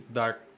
dark